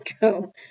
go